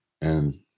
And-